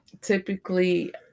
Typically